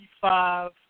five